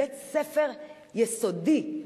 בית-ספר יסודי.